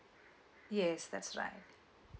yes that's right